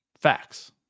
Facts